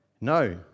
No